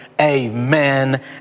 Amen